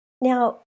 Now